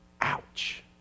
Ouch